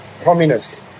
communists